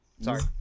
sorry